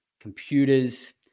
computers